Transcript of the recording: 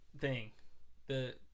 thing—the